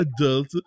adult